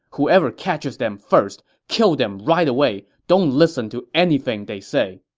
whoever catches them first, kill them right away. don't listen to anything they say.